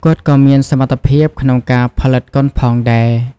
គាត់ក៏មានសមត្ថភាពក្នុងការផលិតកុនផងដែរ។